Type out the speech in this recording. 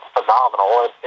phenomenal